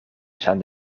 staan